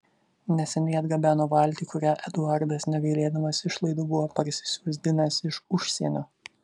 neseniai atgabeno valtį kurią eduardas negailėdamas išlaidų buvo parsisiųsdinęs iš užsienio